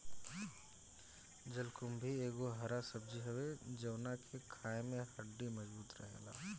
जलकुम्भी एगो हरा सब्जी हवे जवना के खाए से हड्डी मबजूत रहेला